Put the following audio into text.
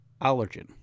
allergen